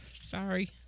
Sorry